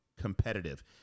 competitive